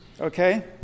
okay